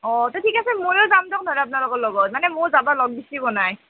অঁ তে ঠিক আছে ময়ো যাম দক নহ'লে আপনালোকৰ লগত মানে মইও যাবা লগ বিচাৰি পোৱা নাই